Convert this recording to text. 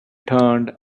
turned